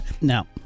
No